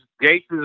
Gates